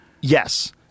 Yes